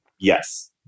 Yes